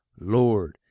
lord,